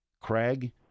Craig